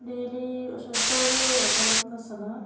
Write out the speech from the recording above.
daily अशें चड हें करप नासना